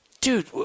Dude